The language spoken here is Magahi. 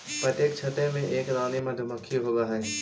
प्रत्येक छत्ते में एक रानी मधुमक्खी होवअ हई